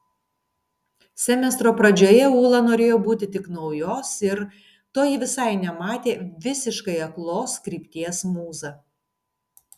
semestro pradžioje ūla norėjo būti tik naujos ir to ji visai nematė visiškai aklos krypties mūza